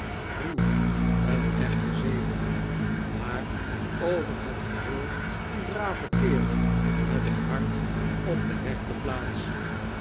ruw een echte zeebonk maar over het geheel een brave kerel met het hart op de re chte plaats